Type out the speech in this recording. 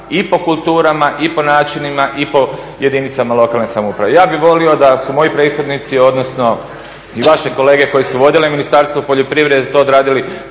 i po kulturama, i po načinima, i po jedinicama lokalne samouprave. Ja bi volio da su moji prethodnici odnosno i vaši kolege koji su vodili Ministarstvo poljoprivrede to odradili